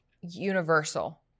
universal